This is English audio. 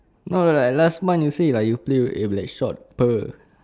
no like last month you say lah you play it will be like shot per~